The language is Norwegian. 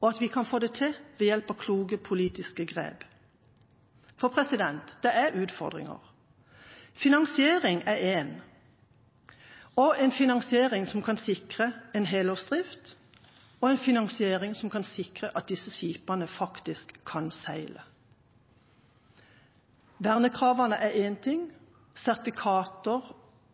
og at vi kan få det til ved hjelp av kloke politiske grep. For det er utfordringer. Finansiering er én av dem – en finansiering som kan sikre helårsdrift, og som kan sikre at disse skipene faktisk kan seile. Vernekravene er én ting, sertifikater og kompetent mannskap en annen ting